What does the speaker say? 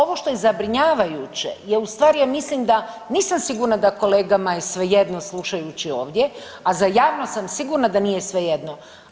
Ovo što je zabrinjavajuće je u stvari, ja mislim da nisam sigurna da kolegama je svejedno slušajući ovdje, a za javno sam sigurna da nije svejedno.